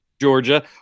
Georgia